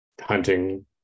hunting